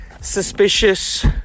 suspicious